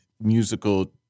musical